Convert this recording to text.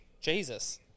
Jesus